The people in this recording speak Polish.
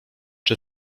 czy